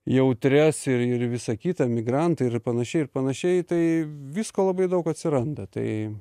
jautrias ir ir visa kita migrantai ir panašiai ir panašiai tai visko labai daug atsiranda tai